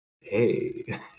hey